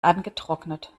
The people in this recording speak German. angetrocknet